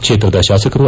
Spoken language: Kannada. ಕ್ಷೇತ್ರದ ಶಾಸಕರೂ